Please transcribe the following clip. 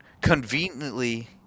conveniently